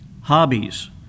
hobbies